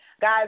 guys